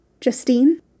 Justine